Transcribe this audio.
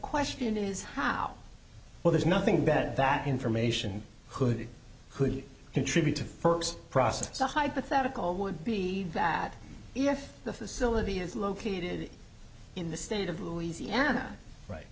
question is how well there's nothing better that information could could contribute to first process the hypothetical would be that if the facility is located in the state of louisiana right